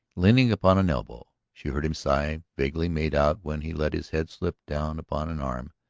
leaning upon an elbow. she heard him sigh, vaguely made out when he let his head slip down upon an arm,